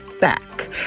back